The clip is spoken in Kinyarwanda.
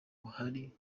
buhari